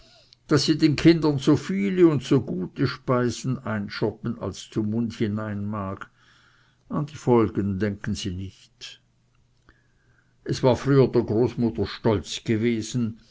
daß sie den kindern so viele und so gute speisen einschoppen als zum mund hinein mag an die folgen denken sie nicht es war früher der großmutter stolz gewesen